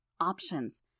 Options